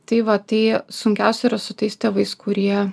tai va tai sunkiausia yra su tais tėvais kurie